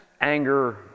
anger